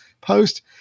post